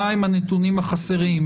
מה הם הנתונים החסרים,